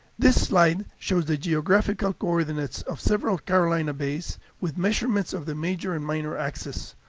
this slide shows the geographical coordinates of several carolina bays with measurements of the major and minor axes,